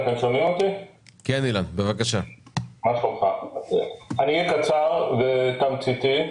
אהיה קצר ותמציתי.